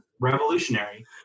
revolutionary